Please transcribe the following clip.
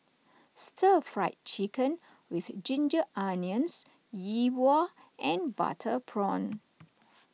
Stir Fried Chicken with Ginger Onions Yi Bua and Butter Prawn